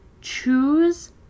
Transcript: choose